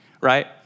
right